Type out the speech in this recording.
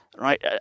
right